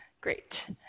Great